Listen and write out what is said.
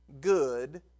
good